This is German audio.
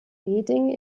reding